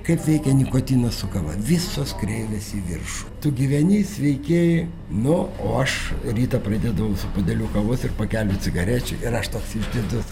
kaip veikia nikotinas su kava visos kreivės į viršų tu gyveni sveikėji nu o aš rytą pradėdavau su puodeliu kavos ir pakeliu cigarečių ir aš toks išdidus